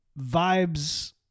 Vibe's